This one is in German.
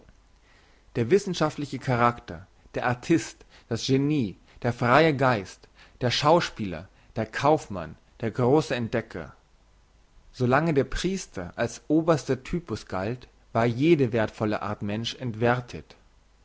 der wissenschaftliche charakter der artist das genie der freie geist der schauspieler der kaufmann der grosse entdecker so lange der priester als oberster typus galt war jede werthvolle art mensch entwerthet